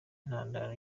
intandaro